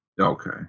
Okay